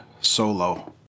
solo